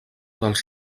dels